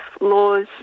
laws